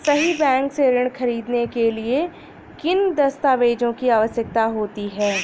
सहरी बैंक से ऋण ख़रीदने के लिए किन दस्तावेजों की आवश्यकता होती है?